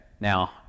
now